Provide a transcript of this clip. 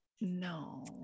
No